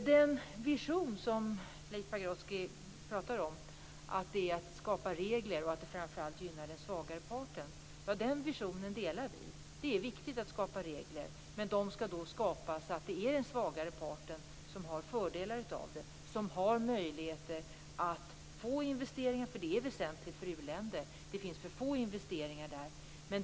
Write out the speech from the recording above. Den vision som Leif Pagrotsky pratar om - det gäller att skapa regler och att framför allt gynna den svagare parten - delar vi. Det är viktigt att skapa regler, men de skall utformas så, att det blir den svagare parten som får fördelarna. Det skall vara den svagare parten som skall ges möjligheter till investeringar. Det är väsentligt för u-länder. Det görs för få investeringar i u-länderna.